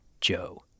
Joe